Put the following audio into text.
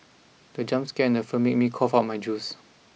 the jump scare in the film made me cough out my juice